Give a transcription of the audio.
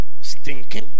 stinking